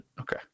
okay